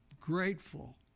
grateful